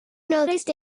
noticed